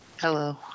Hello